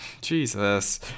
jesus